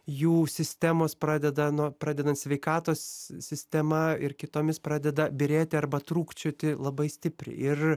jų sistemos pradeda nuo pradedant sveikatos sistema ir kitomis pradeda byrėti arba trūkčioti labai stipriai ir